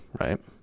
right